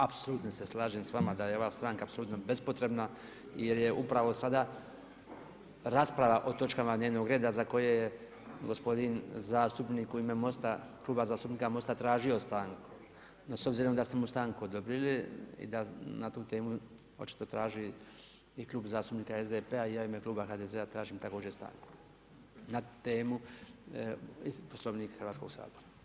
Apsolutno se slažem s vama da je ova stanka bespotrebna jer je upravo sada rasprava o točkama dnevnog reda za koje gospodin zastupnik u ime Kluba zastupnika MOST-a tražio stanku no s obzirom da ste mu stanku odobrili i da na tu temu očito traži i Klub zastupnik SDP-a, i ja u ime kluba HDZ-a tražim također stanku na temu Poslovnika Hrvatskog sabora.